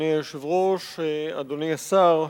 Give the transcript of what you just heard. אדוני היושב-ראש, אדוני השר,